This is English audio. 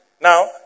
Now